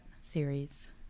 series